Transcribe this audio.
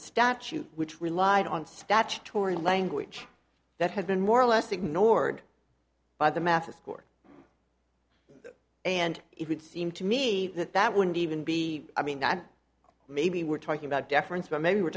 statute which relied on statutory language that had been more or less ignored by the mathis court and it would seem to me that that wouldn't even be i mean not maybe we're talking about deference but maybe we're